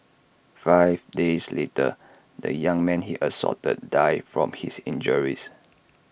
five days later the young man he assaulted died from his injuries